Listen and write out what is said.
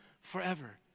forever